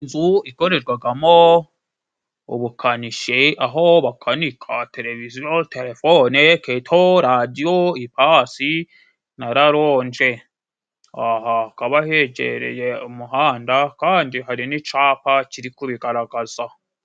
Inzu ikorerwagamo ubukanishi aho bakanika, televiziyo , telefone, keto ,radiyo, ipasi, na raronje. Aha hakaba hegereye umuhanda kandi hari n'icapa kiri kubigaragaza.